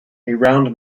round